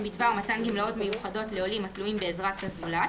בדבר מתן גמלאות מיוחדות לעולים התלויים בעזרת הזולת